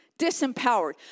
disempowered